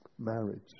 marriage